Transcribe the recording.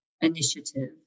initiative